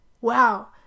Wow